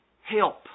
help